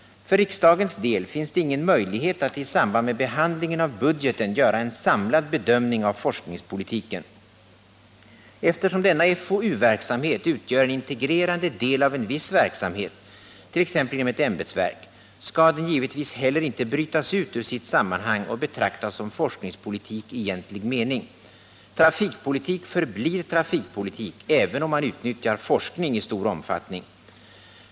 För riksdagens del finns det ingen möjlighet att i samband med behandlingen av budgeten göra en samlad bedömning av forskningspolitiken. Eftersom denna FoU-verksamhet utgör en integrerande del av en viss verksamhet — t.ex. inom ett ämbetsverk — skall den givetvis heller inte brytas ut ur sitt sammanhang och betraktas som forskningspolitik i egentlig mening — trafikpolitik förblir trafikpolitik även om man utnyttjar forskning i stor omfattning.